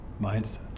mindset